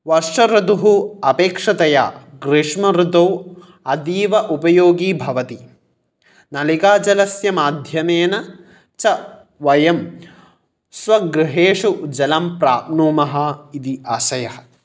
वर्ष ऋतुः अपेक्षतया ग्रीष्म ऋतौ अतीव उपयोगी भवति नलिकाजलस्य माध्यमेन च वयं स्वगृहेषु जलं प्राप्नुमः इति आशयः